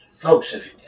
Folks